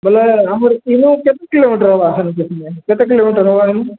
ବୋଲେ ଆମର କିଲୋ କେତେ କିଲୋମିଟର ହେବା ସେତେ ଯାଏଁ କେତେ କିଲୋମିଟର ଏଇନ